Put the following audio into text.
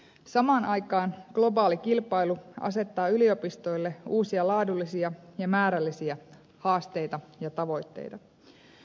samaan aikaan globaali kilpailu asettaa yliopistoille uusia laadullisia ja määrällisiä haasteita ja tavoitteita